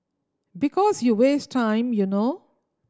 because you waste time you know